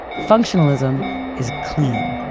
functionalism is clean,